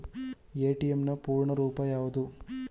ATM ನ ಪೂರ್ಣ ರೂಪ ಯಾವುದು?